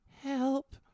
Help